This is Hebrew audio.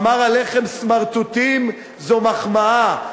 אמר עליכם: סמרטוטים, זו מחמאה.